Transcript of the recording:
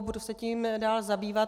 Budu se tím dále zabývat.